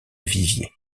viviers